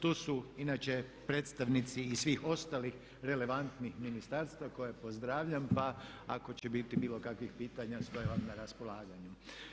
Tu su inače predstavnici i svih ostalih relevantnih ministarstva koje pozdravljam pa ako će biti bilo kakvih pitanja stojim vam na raspolaganju.